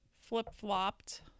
flip-flopped